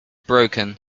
broken